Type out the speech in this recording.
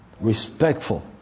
respectful